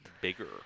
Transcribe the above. bigger